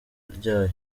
ryayo